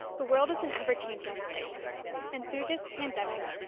the world is an ever changing place and through this pandemic,